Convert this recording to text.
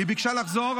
היא ביקשה לחזור,